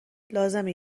لازمه